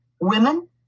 women